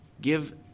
Give